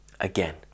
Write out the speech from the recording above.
again